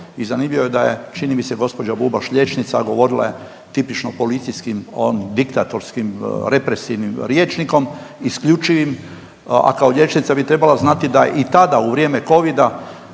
i zanimljivo je da je, čini mi se gospođa Bubaš liječnica, govorila je tipično policijskim, diktatorskim represivnim rječnikom isključivim, a kao liječnica bi trebala znati da i tada u vrijeme Covida